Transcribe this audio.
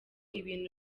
ibintu